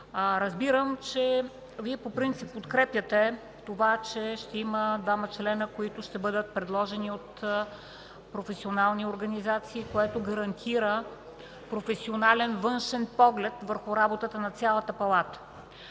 Разбирам, че по принцип подкрепяте да има двама членове, които ще бъдат предложени от професионални организации, което гарантира професионален външен поглед върху работата на цялата Палата.